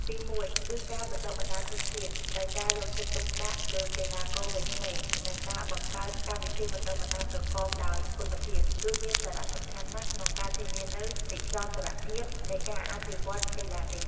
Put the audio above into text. ទីមួយ គឺការបណ្ដុះបណ្ដាលធនធាន ដោយការយកចិត្តទុកដាក់លើកីឡាករវ័យក្មេង និងការបង្កើតកម្មវិធីបណ្ដុះបណ្ដាលប្រកបដោយគុណភាព គឺមានសារៈសំខាន់ណាស់ក្នុងការធានានូវនិរន្តរភាពនៃការអភិវឌ្ឍន៍កីឡានេះ។